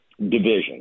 division